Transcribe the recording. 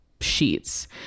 sheets